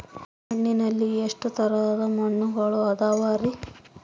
ಮಣ್ಣಿನಲ್ಲಿ ಎಷ್ಟು ತರದ ಮಣ್ಣುಗಳ ಅದವರಿ?